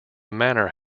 manor